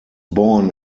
born